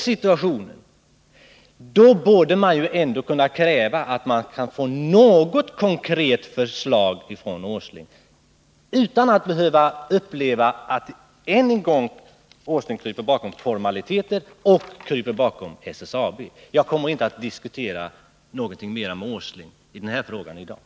Det gör att man kan kräva att få något konkret förslag från Nils Åsling. Man skall inte än en gång behöva uppleva att Nils Åsling kryper bakom formaliteter och SSAB.